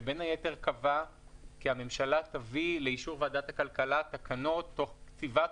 שבין היתר קבע כי הממשלה תביא לאישור ועדת הכלכלה תקנות תוך קציבת